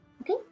Okay